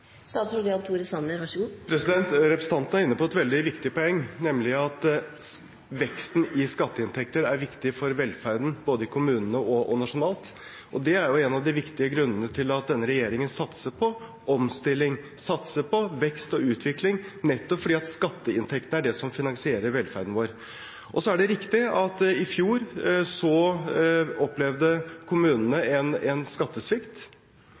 Representanten er inne på et veldig viktig poeng, nemlig at veksten i skatteinntekter er viktig for velferden både i kommunene og nasjonalt. Det er en av de viktige grunnene til at denne regjeringen satser på omstilling, vekst og utvikling – nettopp fordi skatteinntektene er det som finansierer velferden vår. Det er riktig at kommunene opplevde en skattesvikt i fjor,